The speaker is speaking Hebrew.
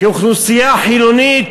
כאוכלוסייה חילונית,